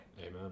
Amen